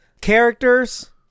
characters